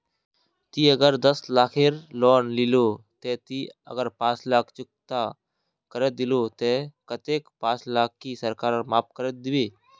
ती अगर दस लाख खेर लोन लिलो ते ती अगर पाँच लाख चुकता करे दिलो ते कतेक पाँच लाख की सरकार माप करे दिबे?